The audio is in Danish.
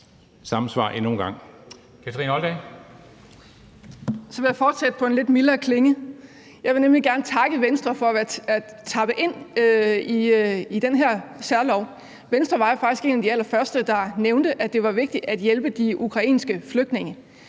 samme svar endnu en gang.